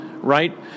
Right